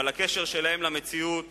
אבל הקשר שלהם למציאות